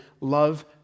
love